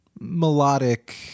melodic